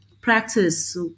practice